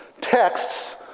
Texts